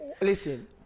Listen